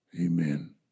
Amen